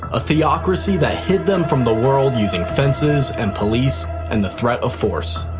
a theocracy that hid them from the world using fences and police and the threat of force.